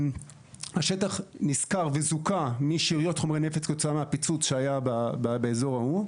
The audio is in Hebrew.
השטח נסקר וזוכה משאריות חומרי נפץ כתוצאה מהפיצוץ שהיה באזור ההוא.